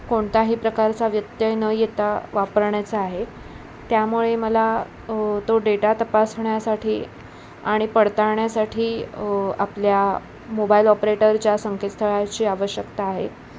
कोणताही प्रकारचा व्यत्यय न येता वापरण्याचा आहे त्यामुळे मला तो डेटा तपासण्यासाठी आणि पडताळण्यासाठी आपल्या मोबाईल ऑपरेटरच्या संकेत स्थळाची आवश्यकता आहे